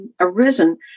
arisen